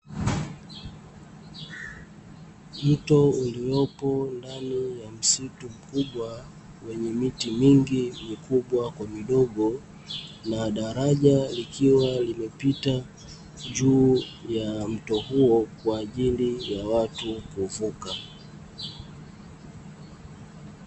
Mto uliopo ndani ya msitu mkubwa wenye miti mingi mikubwa kwa midogo, na daraja likiwa limepita juu ya mto huo kwa ajili ya watu kuvuka.